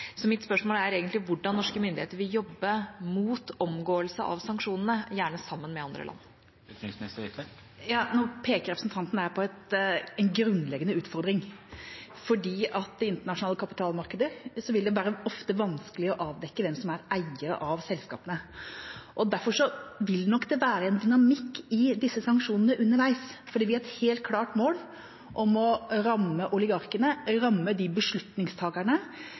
Mitt spørsmål er hvordan norske myndigheter vil jobbe mot omgåelse av sanksjonene, gjerne sammen med andre land. Nå peker representanten på en grunnleggende utfordring, for når det gjelder det internasjonale kapitalmarkedet, vil det ofte være vanskelig å avdekke hvem som er eier av selskapene, og derfor vil det nok være en dynamikk i disse sanksjonene underveis, fordi vi har et helt klart mål om å ramme oligarkene, ramme de beslutningstakerne